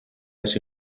més